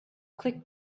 click